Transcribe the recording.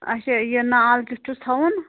اَچھا یہِ نال کٮُ۪تھ چھُس تھاوُن